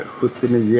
79